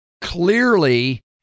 clearly